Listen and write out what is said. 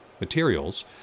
materials